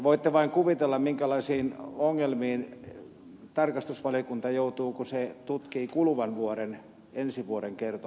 voitte vain kuvitella minkälaisiin ongelmiin tarkastusvaliokunta joutuu kun se tutkii kuluvan vuoden ensi vuoden kertomustaan